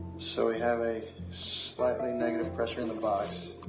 so we have a slightly negative pressure in the box.